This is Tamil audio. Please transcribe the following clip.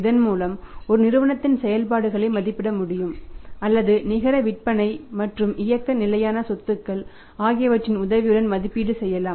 இதன் மூலம் ஒரு நிறுவனத்தின் செயல்பாடுகளை மதிப்பிட முடியும் அல்லது நிகர விற்பனை மற்றும் இயக்க நிலையான சொத்துக்கள் ஆகியவற்றின் உதவியுடன் மதிப்பீடு செய்யலாம்